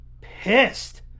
Pissed